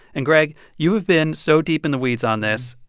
and, greg, you have been so deep in the weeds on this.